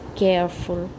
careful